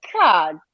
God